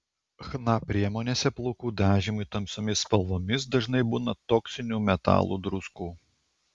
chna priemonėse plaukų dažymui tamsiomis spalvomis dažnai būna toksinių metalų druskų